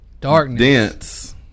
Darkness